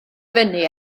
fyny